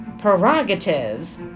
prerogatives